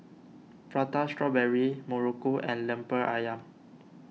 Prata Strawberry Muruku and Lemper Ayam